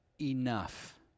enough